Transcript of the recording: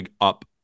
up